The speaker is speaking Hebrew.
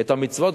את המצוות,